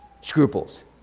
scruples